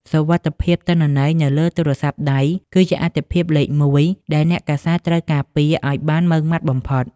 សុវត្ថិភាពទិន្នន័យនៅលើទូរស័ព្ទដៃ គឺជាអាទិភាពលេខមួយដែលអ្នកកាសែតត្រូវការពារឱ្យបានម៉ឺងម៉ាត់បំផុត។